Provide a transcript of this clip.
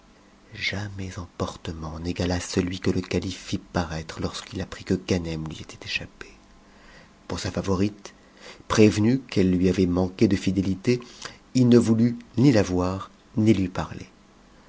jamais emportement n'égala celui que le calife fit parattre lorsqu'il apprit que ganem lui était échappé pour sa favorite prévenu qu'elle lui avait manqué de fidélité il ne voulut ni la voir ni lui parler